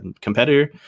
competitor